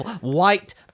White